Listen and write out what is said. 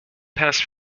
pass